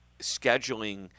scheduling